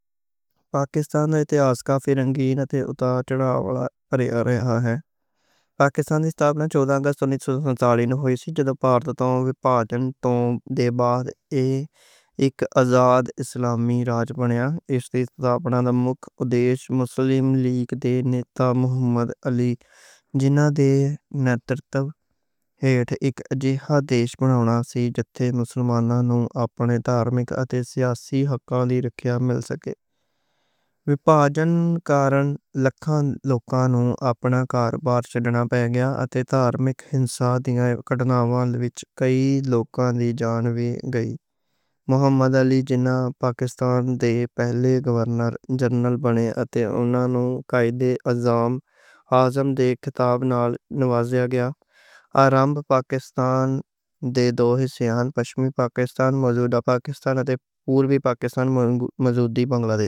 پاکستان دا اتہاس کافی پرانا ہے۔ پاکستان دی ستاپنا چوداں اگست نوں ہوئی سی جدوں بھارت توں وِبھاجن ہویا۔ اس توں بعد اے اک آزاد اسلامی ریاست بنیا۔ وِبھاجن کارن لکھاں لوکاں نوں آپنا کاربار چھڈنا پی گیا اتے تارمک فسادات وچ کئی لوکاں دی جان وی گئی۔ محمد علی جناح پاکستان دے پہلے گورنر جنرل بنے اتے اونہاں نوں قائدِاعظم دے خطاب نال نوازیا گیا۔ دو حصے ساں، پَچھم پاکستان موجودہ پاکستان تے پورب پاکستان موجودہ بنگلا دیش۔